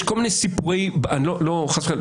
יש כל מיני סיפורים חס וחלילה,